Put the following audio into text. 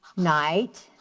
night